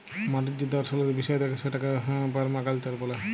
মাটির যে দর্শলের বিষয় থাকে সেটাকে পারমাকালচার ব্যলে